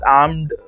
armed